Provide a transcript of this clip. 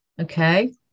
Okay